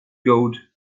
goat